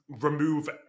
remove